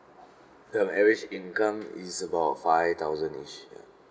ya average income is about five thousand-ish ya